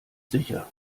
sicher